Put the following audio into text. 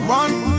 one